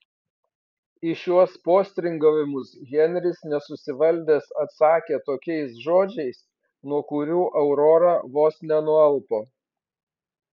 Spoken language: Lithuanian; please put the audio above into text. į šiuos postringavimus henris nesusivaldęs atsakė tokiais žodžiais nuo kurių aurora vos nenualpo